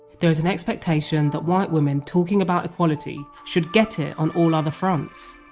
there is an expectation that white women talking about equality should get it on all other fronts,